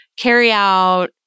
carryout